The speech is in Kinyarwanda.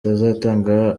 azatanga